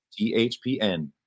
THPN